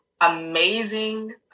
amazing